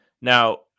Now